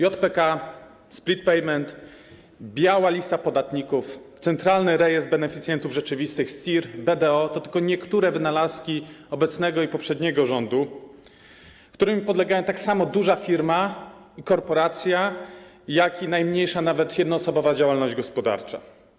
JPK, split payment, biała lista podatników, Centralny Rejestr Beneficjentów Rzeczywistych, STIR, BDO to tylko niektóre wynalazki obecnego i poprzedniego rządu, którym podlegają tak samo duża firma i korporacja, jak i najmniejsza, nawet jednoosobowa, działalność gospodarcza.